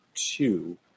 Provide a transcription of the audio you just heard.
two